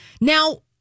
Now